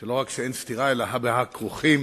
שלא רק שאין סתירה, אלא הא בהא כרוכים.